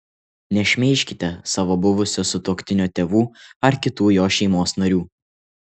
nešmeižkite savo buvusio sutuoktinio tėvų ar kitų jo šeimos narių